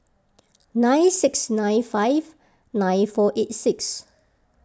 nine six nine five nine four eight six